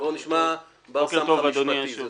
אדוני היושב-ראש,